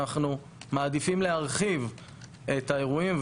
אנחנו מעדיפים להרחיב את האירועים,